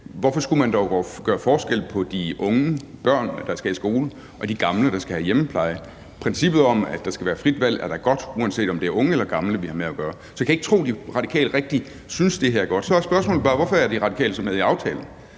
Hvorfor skulle man dog gøre forskel på de unge, børnene, der skal i skole, og de gamle, der skal have hjemmepleje? Princippet om, at der skal være frit valg, er da godt, uanset om det er unge eller gamle, vi har med at gøre. Så jeg kan ikke tro, at De Radikale rigtig synes, at det her er godt. Så er spørgsmålet bare, hvorfor De Radikale så er med i aftalen,